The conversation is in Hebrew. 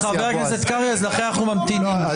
חבר הכנסת קרעי, לכן אנחנו ממתינים.